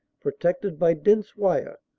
protected by dense wire,